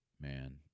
man